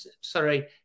sorry